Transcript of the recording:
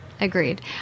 Agreed